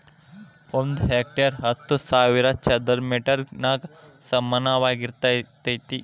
ಒಂದ ಹೆಕ್ಟೇರ್ ಹತ್ತು ಸಾವಿರ ಚದರ ಮೇಟರ್ ಗ ಸಮಾನವಾಗಿರತೈತ್ರಿ